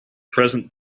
present